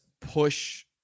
push